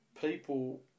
People